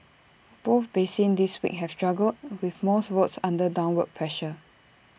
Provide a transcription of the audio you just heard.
both basins this week have struggled with most routes under downward pressure